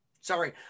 sorry